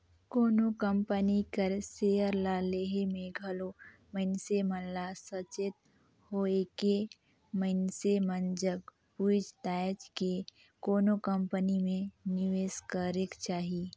कोनो कंपनी कर सेयर ल लेहे में घलो मइनसे मन ल सचेत होएके मइनसे मन जग पूइछ ताएछ के कोनो कंपनी में निवेस करेक चाही